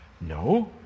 No